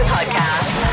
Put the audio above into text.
Podcast